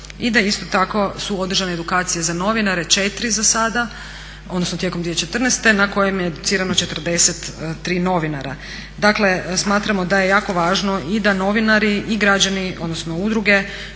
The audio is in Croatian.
i da isto tako su održane edukacije za novinare, 4 za sada, odnosno tijekom 2014. na kojim je educirano 43 novinara. Dakle, smatramo da je jako važno i da novinari i građani, odnosno udruge